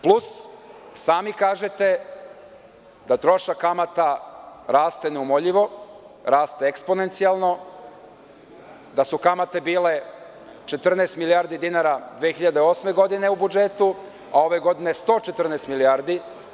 Plus, sami kažete da trošak kamata raste neumoljivo, raste eksponencijalno, da su kamate bile 14 milijardi dinara 2008. godine u budžetu, a ove godine su 114 milijardi.